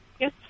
Yes